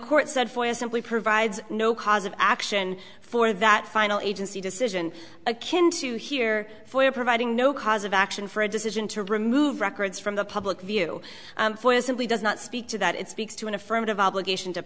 court said for simply provides no cause of action for that final agency decision a kin to hear for providing no cause of action for a decision to remove records from the public view for simply does not speak to that it speaks to an affirmative obligation to